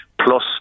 Plus